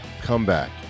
comeback